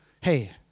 hey